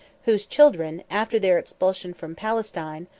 whose children, after their expulsion from palestine,